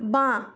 বাঁ